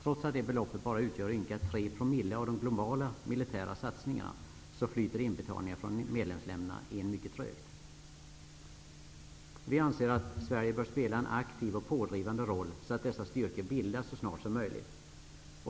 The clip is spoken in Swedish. Trots att detta belopp utgör bara ynka tre promille av de globala militära satsningarna, flyter inbetalningarna från medlemsländerna in mycket trögt. Vi anser att Sverige bör spela en aktiv och pådrivande roll, så att dessa styrkor bildas så snart som möjligt.